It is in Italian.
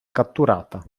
catturata